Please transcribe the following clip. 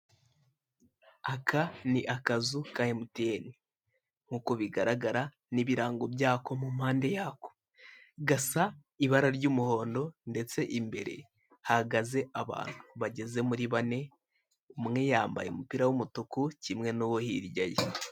Aka ni akazu ka emutiyeni nk'uko bigaragara n'ibirango byako mu mpande yako. Gasa ibara ry'umuhondo, ndeste imbere hahagaze abantu bageze muri bane umwe yambaye umupira w'umutuku kimwe nu'o hirya ye.